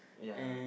yeah